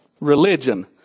Religion